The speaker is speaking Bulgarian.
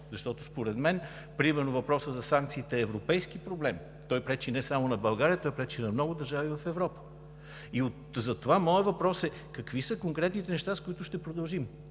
защото според мен примерно въпросът за санкциите е европейски проблем, той пречи не само на България, той пречи на много държави в Европа. Затова моят въпрос е: какви са конкретните неща, с които ще продължим?